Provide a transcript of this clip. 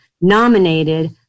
nominated